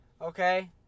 Okay